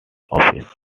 offices